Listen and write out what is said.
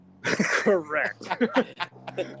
correct